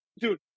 dude